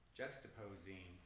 juxtaposing